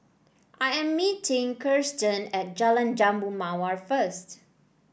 I am meeting Kiersten at Jalan Jambu Mawar first